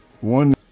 one